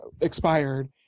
expired